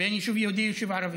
ליישוב יהודי וליישוב ערבי,